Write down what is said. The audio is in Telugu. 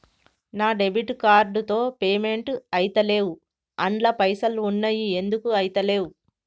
నా డెబిట్ కార్డ్ తో పేమెంట్ ఐతలేవ్ అండ్ల పైసల్ ఉన్నయి ఎందుకు ఐతలేవ్?